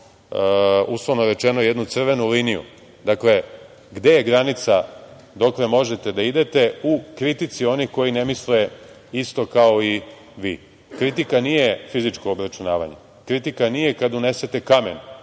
uslovno rečeno, jednu crvenu liniju. Dakle, gde je granica dokle možete da idete u kritici onih koji ne misle isto kao i vi. Kritika nije fizičko obračunavanje, kritika nije kada unesete kamen